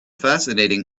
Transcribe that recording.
fascinating